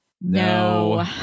No